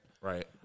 Right